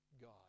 God